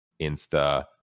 insta